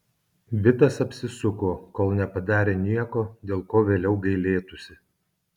vitas apsisuko kol nepadarė nieko dėl ko vėliau gailėtųsi